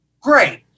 Great